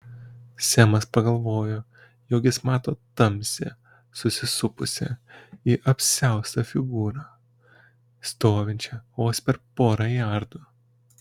semas pagalvojo jog jis mato tamsią susisupusią į apsiaustą figūrą stovinčią vos per porą jardų